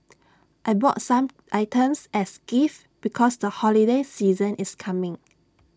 I bought some items as gifts because the holiday season is coming